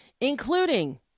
including